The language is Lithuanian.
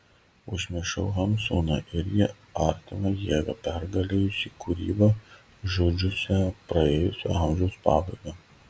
užmiršau hamsuną irgi artimą jėgą pergalėjusį kūrybą žudžiusią praėjusio amžiaus pabaigą